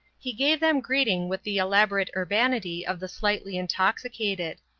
he gave them greeting with the elaborate urbanity of the slightly intoxicated.